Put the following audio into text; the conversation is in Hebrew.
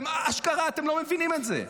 אשכרה אתם לא מבינים את זה.